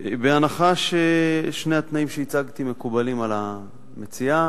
בהנחה ששני התנאים שהצגתי מקובלים על המציעה,